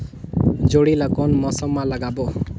जोणी ला कोन मौसम मा लगाबो?